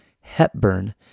Hepburn